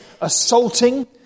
assaulting